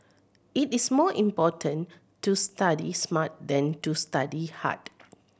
it is more important to study smart than to study hard